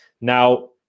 Now